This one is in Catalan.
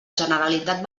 generalitat